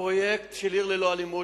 הפרויקט "עיר ללא אלימות",